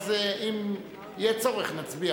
ואז אם יהיה צורך נצביע,